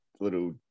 little